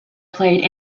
played